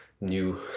new